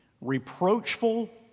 reproachful